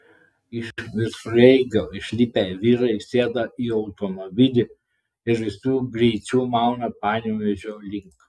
iš visureigio išlipę vyrai sėda į automobilį ir visu greičiu mauna panevėžio link